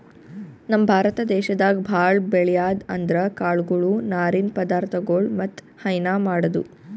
ನಮ್ ಭಾರತ ದೇಶದಾಗ್ ಭಾಳ್ ಬೆಳ್ಯಾದ್ ಅಂದ್ರ ಕಾಳ್ಗೊಳು ನಾರಿನ್ ಪದಾರ್ಥಗೊಳ್ ಮತ್ತ್ ಹೈನಾ ಮಾಡದು